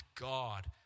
God